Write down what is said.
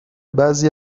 بعضی